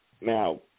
now